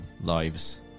lives